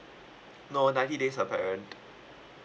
no ninety days apparent